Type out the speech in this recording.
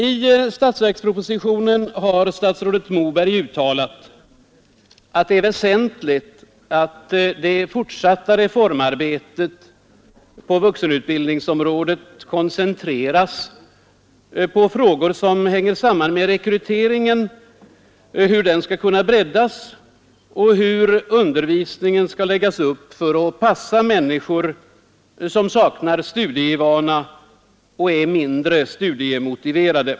I statsverkspropositionen har statsrådet Moberg uttalat, att det är väsentligt, att det fortsatta reformarbetet på vuxenutbildningsområdet koncentreras på frågor som hänger samman med hur rekryteringen skall kunna breddas och hur undervisningen skall läggas upp för att passa människor, som saknar studievana och är mindre studiemotiverade.